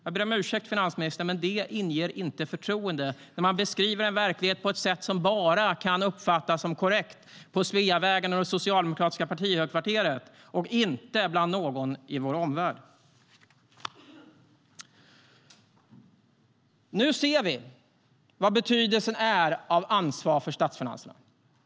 Jag ber om ursäkt, finansministern, men det inger inte förtroende när man beskriver en verklighet på ett sätt som bara kan uppfattas som korrekt på Sveavägen och i det socialdemokratiska partihögkvarteret och inte av någon i vår omvärld. Nu ser vi vad betydelsen av ansvar för statsfinanserna är.